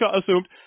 assumed